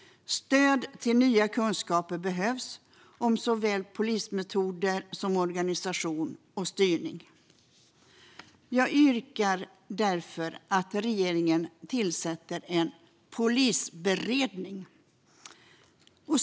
Stöd till nya kunskaper behövs om såväl polismetoder som organisation och styrning. Jag yrkar därför på att regeringen tillsätter en polisberedning.